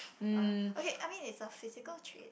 uh okay I mean it's a physical trait